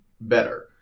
better